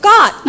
God